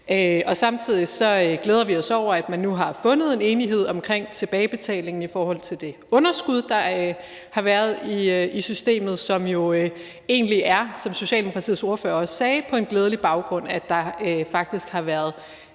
år. Samtidig glæder vi os over, at man nu har fundet en enighed om tilbagebetalingen i forhold til det underskud, der har været i systemet, og som jo egentlig, som Socialdemokratiets ordfører også sagde, er på den glædelige baggrund, at der faktisk har været